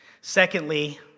Secondly